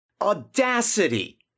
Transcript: audacity